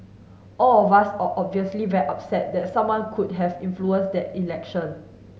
all of us are obviously very upset that someone could have influenced the election